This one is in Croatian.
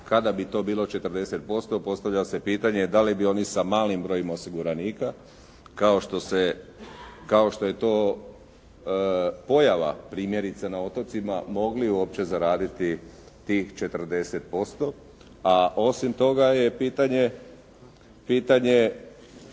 kada bi to bilo 40% postavlja se pitanje dali bi oni sa malim brojem osiguranika kao što je to pojava primjerice na otocima mogli uopće zaraditi tih 40%. A osim toga je pitanje